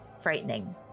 frightening